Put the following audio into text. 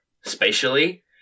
spatially